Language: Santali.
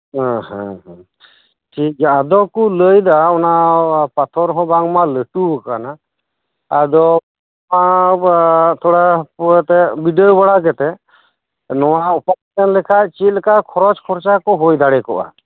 ᱦᱮᱸ ᱦᱮᱸ ᱴᱷᱤᱠ ᱜᱮᱭᱟ ᱟᱫᱚᱠᱚ ᱞᱟᱹᱭ ᱫᱟ ᱚᱱᱟ ᱯᱟᱛᱷᱚᱨ ᱦᱚᱸ ᱵᱟᱝ ᱢᱟ ᱞᱟᱹᱴᱩᱭ ᱠᱟᱱᱟ ᱟᱫᱚ ᱚᱱᱟ ᱛᱷᱚᱲᱟ ᱯᱚᱨᱮᱛᱮ ᱵᱤᱰᱟᱹᱣ ᱵᱟᱲᱟ ᱠᱟᱛᱮᱜ ᱱᱚᱣᱟ ᱳᱯᱟᱨᱥᱮᱱ ᱞᱮᱠᱷᱟᱡ ᱪᱮᱜ ᱞᱮᱠᱟ ᱠᱷᱚᱨᱚᱪ ᱠᱷᱚᱨᱪᱟ ᱠᱚ ᱦᱩᱭ ᱫᱟᱲᱮ ᱠᱚᱜᱼᱟ